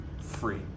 free